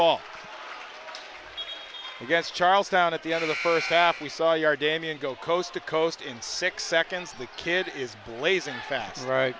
ball i guess charlestown at the end of the first half we saw our damien go coast to coast in six seconds the kid is blazing fast right